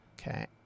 okay